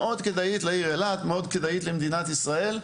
לעיר אילת ולמדינת ישראל,